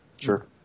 Sure